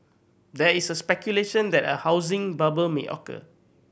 there is a speculation that a housing bubble may occur